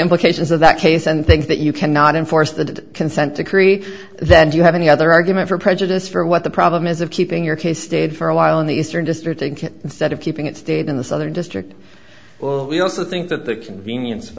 implications of that case and think that you cannot enforce the consent decree then do you have any other argument for prejudice for what the problem is of keeping your case did for a while in the eastern district think it instead of keeping it stayed in the southern district well we also think that the convenience